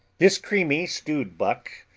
this creamy stewed buck,